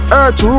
Earth